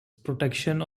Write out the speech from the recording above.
protection